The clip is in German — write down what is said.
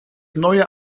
neue